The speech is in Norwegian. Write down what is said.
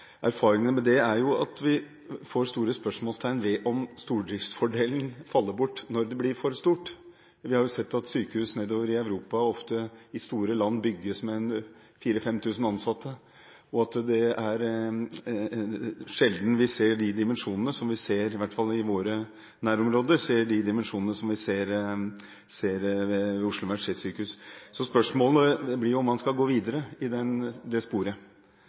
at vi stiller store spørsmål ved om stordriftsfordelen faller bort når det blir for stort. Vi har sett at sykehus nedover i Europa, ofte i store land, bygges med 4 000–5 000 ansatte. Det er sjelden vi ser de dimensjonene som vi ser i våre nærområder, som ved Oslo universitetssykehus. Så spørsmålet blir om man skal gå videre i det sporet.